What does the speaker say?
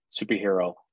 superhero